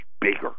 bigger